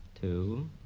two